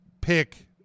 pick